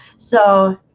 so